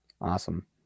Awesome